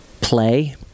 play